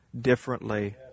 differently